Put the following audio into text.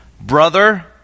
brother